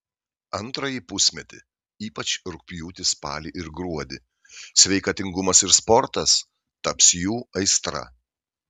antrąjį pusmetį ypač rugpjūtį spalį ir gruodį sveikatingumas ir sportas taps jų aistra